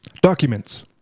Documents